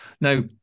Now